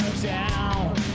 down